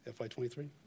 FY23